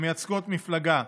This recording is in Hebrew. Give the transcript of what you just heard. המייצגות מפלגה.